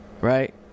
right